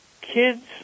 kids